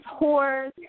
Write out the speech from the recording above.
whores